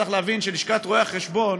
צריך להבין שבלשכת רואי החשבון